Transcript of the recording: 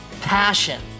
passion